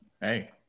Hey